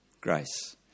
Grace